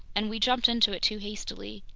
and we jumped into it too hastily.